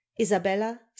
isabella